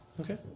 Okay